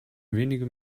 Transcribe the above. wenige